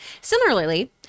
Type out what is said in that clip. Similarly